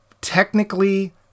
technically